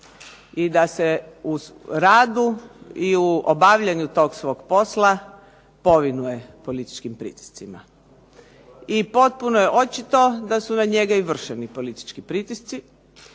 I da se u radu i u obavljanju tog svog posla povinuo političkim pritiscima. I potpuno je očito da su na njega i vršeni politički pritisci.